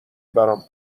برام